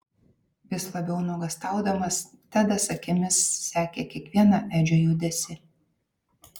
vis labiau nuogąstaudamas tedas akimis sekė kiekvieną edžio judesį